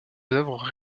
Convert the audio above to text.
œuvres